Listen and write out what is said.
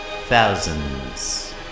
thousands